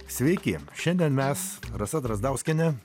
sveiki šiandien mes rasa drazdauskienė